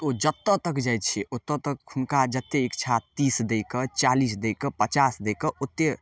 तऽ ओ जतऽ तक जाइ छै ओतऽ तक हुनका जते इच्छा तीस दैके चालीस दैके पचास दैके ओते